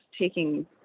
taking